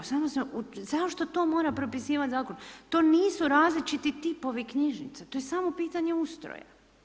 Zašto to mora propisivati zakon, to nisu različiti tipovi knjižnica, to je samo pitanje ustroja.